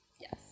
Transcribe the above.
Yes